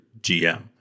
GM